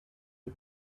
and